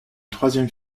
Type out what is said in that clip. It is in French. troisième